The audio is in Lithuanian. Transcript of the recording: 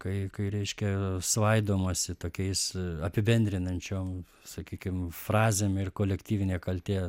kai kai reiškia svaidomasi tokiais apibendrinančiom sakykim frazėm ir kolektyvinė kaltė